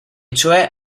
cioè